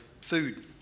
food